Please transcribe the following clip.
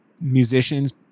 musicians